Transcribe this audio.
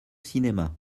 cinéma